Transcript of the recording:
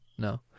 No